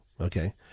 okay